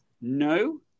no